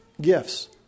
gifts